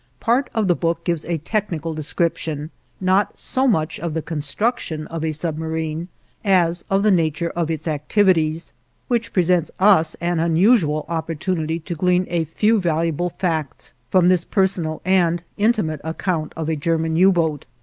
part of the book gives a technical description not so much of the construction of a submarine as of the nature of its activities which presents us an unusual opportunity to glean a few valuable facts from this personal and intimate account of a german u-boat.